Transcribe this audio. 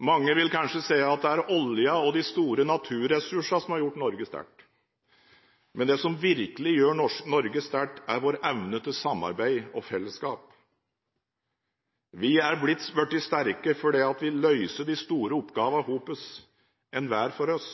Mange vil kanskje si at det er oljen og de store naturressursene som har gjort Norge sterkt, men det som virkelig gjør Norge sterkt, er vår evne til samarbeid og fellesskap. Vi er blitt sterke fordi vi løser de store oppgavene sammen, heller enn hver for oss.